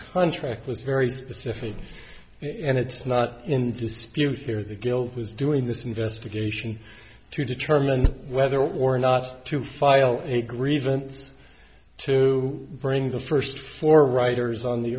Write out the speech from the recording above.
contract was very specific and it's not in dispute here the guilt was doing this investigation to determine whether or not to file a grievance to bring the first four writers on the